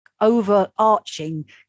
overarching